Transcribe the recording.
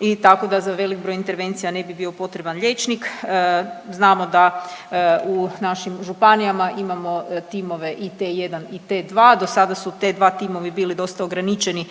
i tako da za velik broj intervencija ne bi bio potreban liječnik. Znamo da u našim županijama imamo timove i T1 i T2, do sada su T2 timovi bili dosta ograničenu